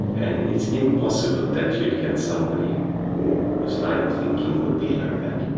and it's impossible that you'd get somebody whose line of thinking would be like that.